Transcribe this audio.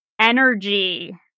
energy